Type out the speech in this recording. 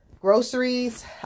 groceries